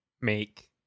make